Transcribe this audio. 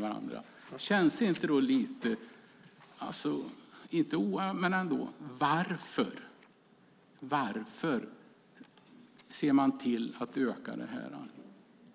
Varför ser man till att öka halterna